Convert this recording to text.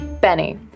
Benny